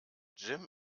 jim